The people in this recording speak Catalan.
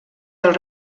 del